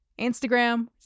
Instagram